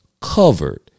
covered